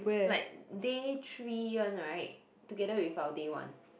like day three one [right] together with our day one